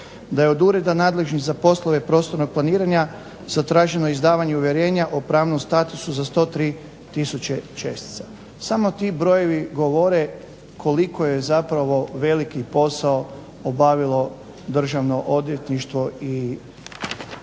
da je od ureda nadležnih za poslove prostornog planiranja zatraženo izdavanje uvjerenja o pravnom statusu za 103 tisuće čestica. Samo ti brojevi govore koliko je zapravo veliki posao obavilo državno odvjetništvo i